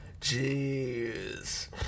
Jeez